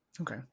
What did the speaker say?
Okay